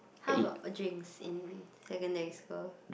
how about drinks in secondary school